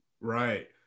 Right